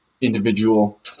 individual